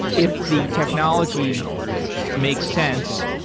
if the technology make sense,